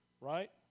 right